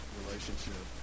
relationship